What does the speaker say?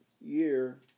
year